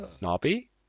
Nobby